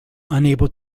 unable